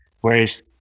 whereas